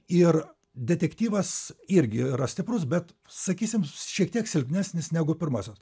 ir detektyvas irgi yra stiprus bet sakysim šiek tiek silpnesnis negu pirmosios